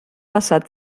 passar